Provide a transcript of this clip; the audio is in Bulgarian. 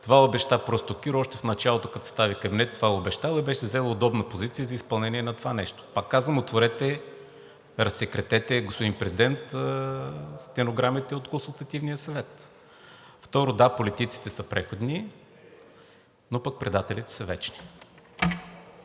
това обеща просто Киро още в началото, като състави кабинет. Това е обещал и беше заел удобна позиция за изпълнение на това нещо. Пак казвам, отворете, разсекретете, господин Президент, стенограмите от Консултативния съвет. Второ, да, политиците са преходни, но пък предателите са вечни.